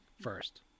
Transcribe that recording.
first